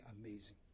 amazing